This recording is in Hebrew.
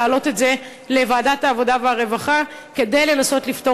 להעלות את זה לוועדת העבודה והרווחה כדי לנסות לפתור